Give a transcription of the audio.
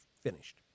finished